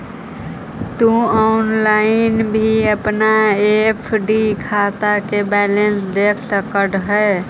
तु ऑनलाइन भी अपन एफ.डी खाता के बैलेंस देख सकऽ हे